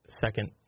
second